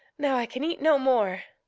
now i can eat no more.